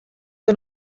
que